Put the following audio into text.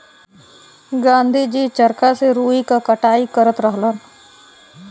गाँधी जी चरखा से रुई क कटाई करत रहलन